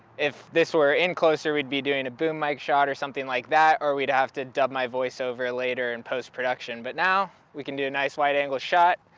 if this were in closer, we'd be doing a boom mic shot or something like that or we'd have to dub my voice over later in post-production. but now we can do a nice wide-angle shot,